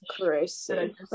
crazy